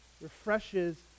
Refreshes